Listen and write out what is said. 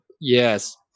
Yes